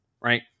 right